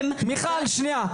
מיכל, שנייה.